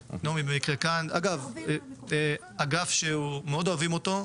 אגב, זה אגף שמאוד אוהבים אותו.